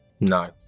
No